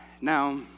Now